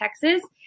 Texas